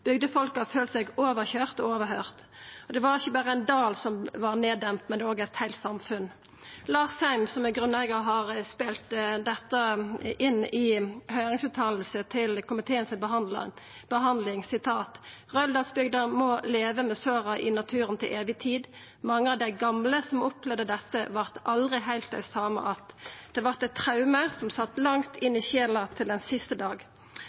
følt seg overkøyrde og overhøyrde. Det var ikkje berre ein dal som var demd ned, det var òg eit heilt samfunn. Lars Seim, som er grunneigar, har spelt inn dette i høyringsuttale til behandlinga i komiteen: Røldalsbygda må leve med såra i naturen til evig tid. Mange av dei gamle som opplevde dette, vart aldri heilt dei same att. Det vart eit traume som sat langt inne i sjela til den siste dag.